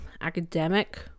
academic